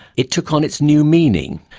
it took on its new meaning.